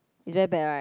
it's very bad right